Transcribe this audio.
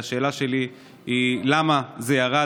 והשאלה שלי היא למה זה ירד.